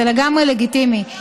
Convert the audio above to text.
זה לגמרי לגיטימי,